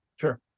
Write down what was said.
Sure